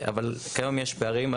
כיום יש פערים.